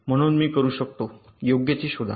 म्हणून मी करू शकतो योग्य ते शोधा